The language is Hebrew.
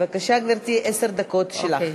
התוצאה, רק לפרוטוקול.